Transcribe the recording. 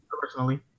personally